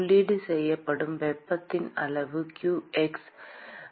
உள்ளீடு செய்யப்படும் வெப்பத்தின் அளவு qx வலது